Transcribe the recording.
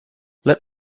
let